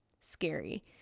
scary